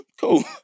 Cool